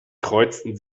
kreuzten